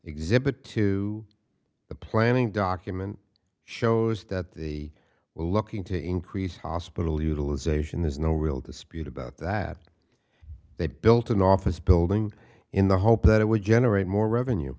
exhibit to the planning document shows that the well looking to increase hospital utilization there's no real dispute about that they built an office building in the hope that it would generate more revenue